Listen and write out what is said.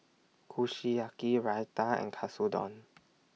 Kushiyaki Raita and Katsudon